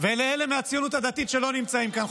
ולאלה מהציונות הדתית שלא נמצאים כאן,